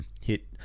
hit